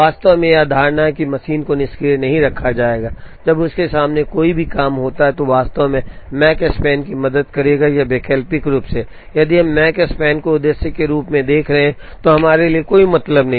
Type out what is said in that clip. वास्तव में यह धारणा कि मशीन को निष्क्रिय नहीं रखा जाएगा जब उसके सामने कोई काम होता है तो वास्तव में माकस्पन की मदद करेगा या वैकल्पिक रूप से यदि हम मकस्पान को उद्देश्य के रूप में देख रहे हैं तो हमारे लिए कोई मतलब नहीं है